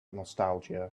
nostalgia